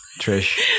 Trish